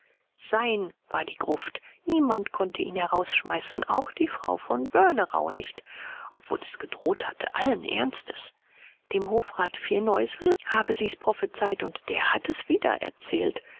sein war die gruft niemand konnte ihn herausschmeißen auch die frau von börnerau nicht obwohl sie's gedroht hatte allen ernstes dem hofrat firneusel hatte sie's prophezeit und der hatte es wieder erzählt